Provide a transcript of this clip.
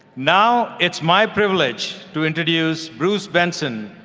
now it's my privilege to introduce bruce benson,